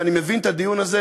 ואני מבין את הדיון הזה,